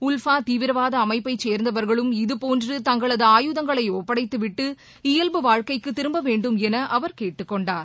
உல்பா தீவிரவாத அமைப்சை சேர்ந்தவர்களும் இதுபோன்று தங்களது ஆயுதங்களை ஒப்படைத்துவிட்டு இயல்பு வாழ்கைக்கு திரும்ப வேண்டும் என அவர் கேட்டுக்கொண்டார்